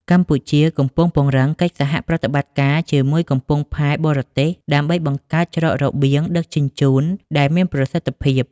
កម្ពុជាកំពុងពង្រឹងកិច្ចសហប្រតិបត្តិការជាមួយកំពង់ផែបរទេស ដើម្បីបង្កើតច្រករបៀងដឹកជញ្ជូនដែលមានប្រសិទ្ធភាព។